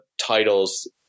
titles –